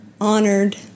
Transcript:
honored